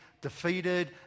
defeated